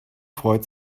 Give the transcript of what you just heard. freut